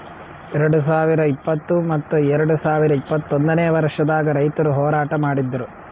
ಎರಡು ಸಾವಿರ ಇಪ್ಪತ್ತು ಮತ್ತ ಎರಡು ಸಾವಿರ ಇಪ್ಪತ್ತೊಂದನೇ ವರ್ಷದಾಗ್ ರೈತುರ್ ಹೋರಾಟ ಮಾಡಿದ್ದರು